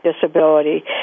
disability